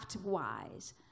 wise